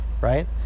right